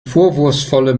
vorwurfsvolle